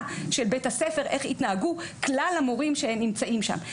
של בית הספר איך יתנהגו כלל המורים שנמצאים שם.